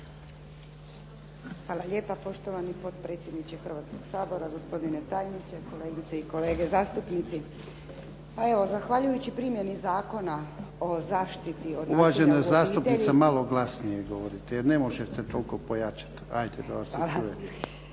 Hvala lijepa poštovani potpredsjedniče Hrvatskog sabora, gospodine tajniče, kolegice i kolege zastupnici. Pa evo zahvaljujući primjeni Zakona o zaštiti od nasilja od obitelji. **Jarnjak, Ivan (HDZ)** Uvažena zastupnice, malo glasnije govorite, jer ne možete toliko pojačati. Ajde da vas se čuje.